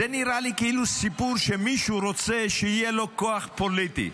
זה נראה לי כאילו סיפור שמישהו רוצה שיהיה לו כוח פוליטי: